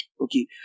Okay